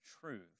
truth